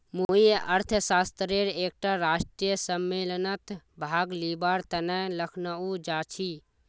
मुई अर्थशास्त्रेर एकटा राष्ट्रीय सम्मेलनत भाग लिबार तने लखनऊ जाछी